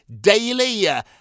Daily